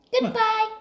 Goodbye